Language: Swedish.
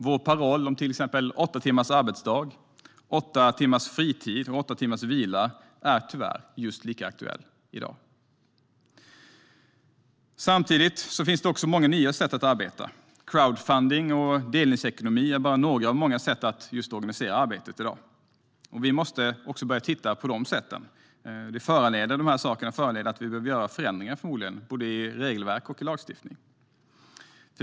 Vår paroll om till exempel åtta timmars arbetsdag, åtta timmars fritid och åtta timmars vila är tyvärr lika aktuell i dag. Samtidigt finns nya sätt att arbeta på. Crowdfunding och delningsekonomin är bara några av många sätt att organisera arbetet i dag. Vi måste också börja titta på de sätten. De kommer förmodligen att föranleda förändringar i regelverk och i lagstiftning.